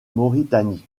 mauritanie